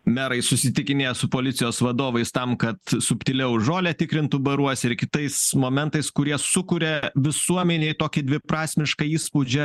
merai susitikinėja su policijos vadovais tam kad subtiliau žolę tikrintų baruose ir kitais momentais kurie sukuria visuomenėj tokį dviprasmišką įspūdžio